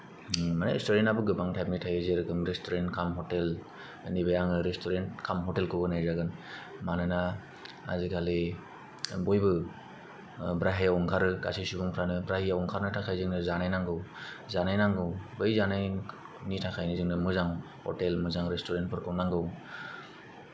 मानि रेस्टुरेन्टआबो गोबां टाइपनि थायो जेरोखोम रेस्तुरेन्ट काम हटेल नैबे आं रेस्तुरेन्ट काम हतेलखौ होनाय जागोन मानोना आजिखालि बयबो ब्राहेयाव ओंखारो गासै सुबुंफ्रानो ब्राहेयाव ओंखारनो थाखाय जोंनो जानाय नांगौ जानाय नांगौ बै जानायनि थाखायनो जोंनो मोजां हटेल मोजां रेस्टुरेन्टफोरखौ नांगौ